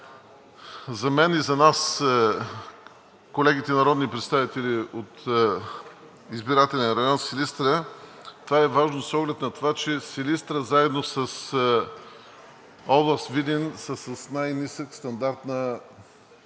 за мен и за нас – колегите народни представители от избирателния район Силистра, е важно с оглед на това, че Силистра заедно с област Видин са с най-нисък стандарт на